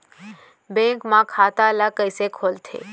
Bank म खाता ल कइसे खोलथे?